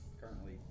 currently